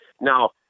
Now